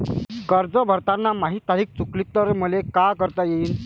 कर्ज भरताना माही तारीख चुकली तर मले का करता येईन?